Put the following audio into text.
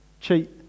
cheat